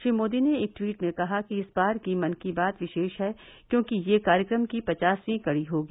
श्री मोदी ने एक ट्वीट में कहा कि इस बार की मन की बात विशेष है क्योंकि यह कार्यक्रम की पचासवीं कड़ी होगी